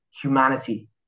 humanity